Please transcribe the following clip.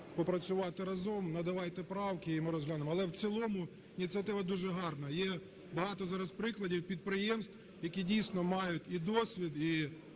попрацювати разом. Надавайте правки, і ми розглянемо. Але в цілому. Ініціатива дуже гарна. Є багато зараз прикладів підприємств, які, дійсно, мають і досвід, і